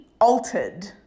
altered